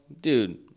dude